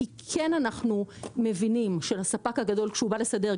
כי אנחנו כן מבינים שכהספק הגדול בא לסדר,